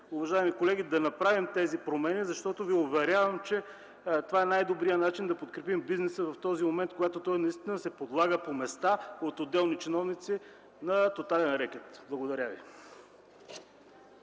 уважаеми колеги, да направим тези промени. Уверявам Ви, че това е най-добрият начин да подкрепим бизнеса в момент, когато по места той наистина се подлага от отделни чиновници на тотален рекет. Благодаря Ви.